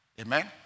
Amen